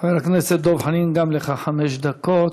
חבר הכנסת דב חנין, גם לך חמש דקות.